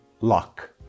luck